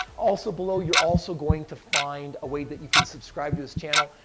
also below, you're also going to find a way that you can subscribe to this channel.